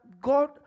God